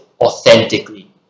authentically